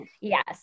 Yes